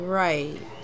right